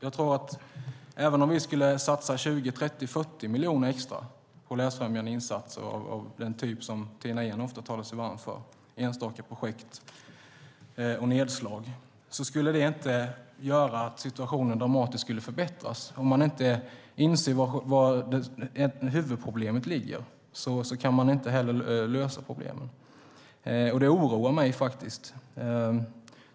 Jag tror att även om vi skulle satsa 20, 30 eller 40 miljoner extra på läsfrämjande insatser av den typ som Tina Ehn ofta talar sig varm för - enstaka projekt och nedslag - skulle det inte dramatiskt förbättra situationen. Om man inte inser var huvudproblemet ligger kan man inte lösa problemen. Det oroar mig faktiskt.